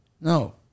No